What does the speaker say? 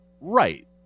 Right